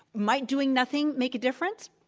might doing nothing make a difference?